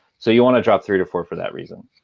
so you want to drop three to four for that reason.